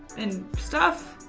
and stuff.